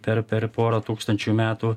per per porą tūkstančių metų